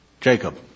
Jacob